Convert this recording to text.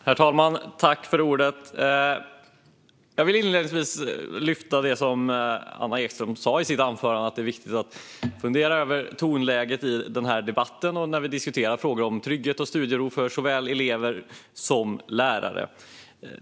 Herr talman! Jag vill inledningsvis lyfta fram det Anna Ekström sa i sitt anförande om att det är viktigt att fundera över tonläget i den här debatten och när vi diskuterar frågor som rör trygghet och studiero för såväl elever som lärare.